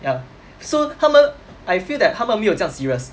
ya so 他们 I feel that 他们没有这样 serious